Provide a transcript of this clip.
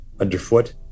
Underfoot